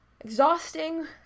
exhausting